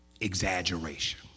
exaggeration